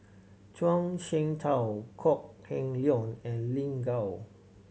Zhuang Shengtao Kok Heng Leun and Lin Gao